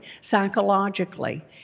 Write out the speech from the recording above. psychologically